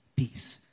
peace